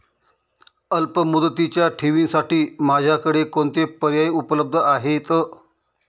अल्पमुदतीच्या ठेवींसाठी माझ्याकडे कोणते पर्याय उपलब्ध आहेत?